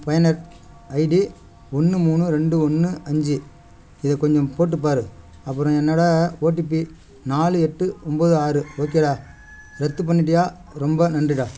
பைனர் ID ஒன்று மூணு ரெண்டு ஒன்று அஞ்சு இதை கொஞ்சம் போட்டு பார் அப்புறம் என்னோடய ஓடிபி நாலு எட்டு ஒம்போது ஆறு ஓகேடா ரத்து பண்ணிட்டியா ரொம்ப நன்றிடா